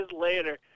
later